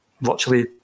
virtually